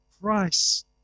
Christ